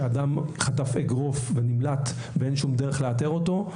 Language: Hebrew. אדם חטף מאדם אגרוף ונמלט ואין שום דרך לאתר אותו,